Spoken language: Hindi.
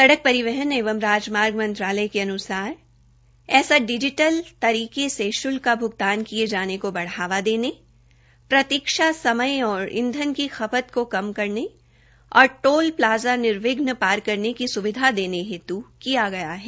सड़क परिवहन एवं राजमार्ग मंत्रालय के अनुसार ऐसा डिजीटल तरीके से शुल्क का भुगतान किये जाने को बढ़ावा देने प्रतीक्षा समय और ईंधन की खपत को कम करने और टोल प्लाज़ा निर्विघ्न पार करने की सुविधा देने हेतु किया गया है